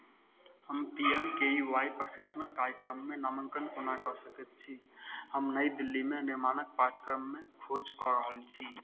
हम P M K V Y प्रशिक्षणक कार्यक्रममे नामाङ्कन कोना कऽ सकैत छी हम नई दिल्लीमे निर्माणक पाठ्यक्रममे खोज कऽ रहल छी